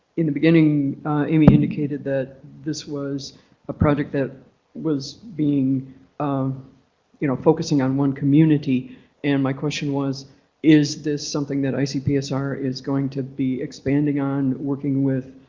in the beginning amy indicated that this was a project that was being um you know focusing on one community and my question was is this something that icpsr is going to be expanding on working with